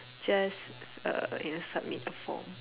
just uh you know submit a form